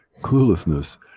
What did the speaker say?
cluelessness